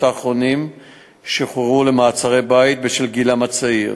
האחרונים שוחררו למעצרי-בית בשל גילם הצעיר.